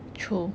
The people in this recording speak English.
true